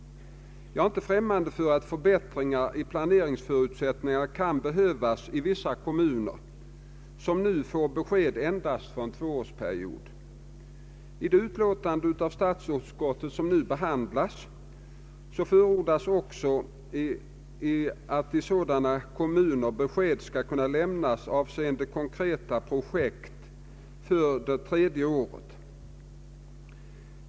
Jag är inte främmande för att förbättringar i planeringsförutsättningarna kan behövas i vissa kommuner som nu får besked endast för en tvåårsperiod. I det utlåtande av statsutskottet som nu behandlas förordas också att i sådana kommuner besked skall kunna lämnas avseende konkreta projekt för det tredje året.